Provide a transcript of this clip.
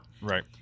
Right